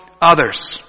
others